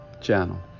channel